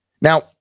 Now